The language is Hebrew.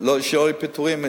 שלא יהיו פיטורים,